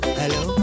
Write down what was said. hello